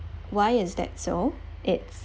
why is that so it's